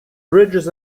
bridges